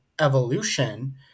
evolution